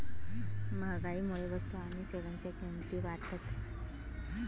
महागाईमुळे वस्तू आणि सेवांच्या किमती वाढतात